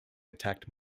attacked